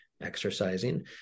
exercising